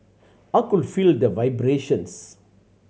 I could feel the vibrations